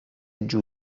giù